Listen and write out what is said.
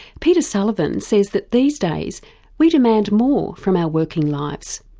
peter sullivan says that these days we demand more from our working lives.